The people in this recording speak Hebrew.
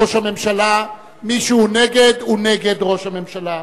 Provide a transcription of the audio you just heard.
הוא בעד הודעת ראש הממשלה.